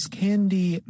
candy